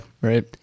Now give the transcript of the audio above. right